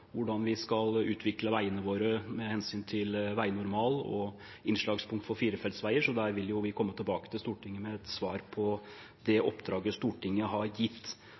hvordan vi skal utvikle veiene våre med hensyn til veinormal og innslagspunkt for firefeltsveier, så der vil vi komme tilbake til Stortinget med et svar på det oppdraget Stortinget har gitt.